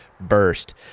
burst